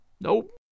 Nope